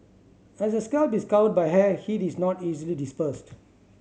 as the scalp is covered by hair heat is not easily dispersed